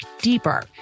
deeper